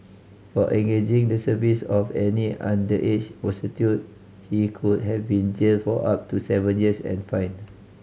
for engaging the service of an underage he could have been jailed for up to seven years and fined